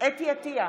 חוה אתי עטייה,